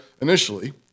initially